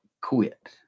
quit